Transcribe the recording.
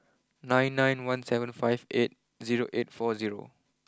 nine nine one seven five eight zero eight four zero